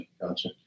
gotcha